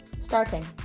starting